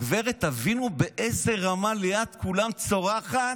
הגברת, תבינו באיזה רמה, ליד כולם צורחת: